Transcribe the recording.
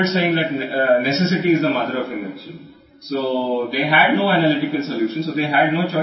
మరియు ఆవశ్యకత ఆవిష్కరణకు తల్లి అని పాత సామెత లాగా ఉంటుంది కాబట్టి వాటికి విశ్లేషణాత్మక పరిష్కారం లేదు